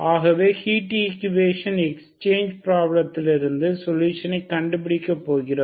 ஆகவே heat equation exchange பிராப்ளதிற்கு சொலுஷனை கண்டுபிடிக்க போகிறோம்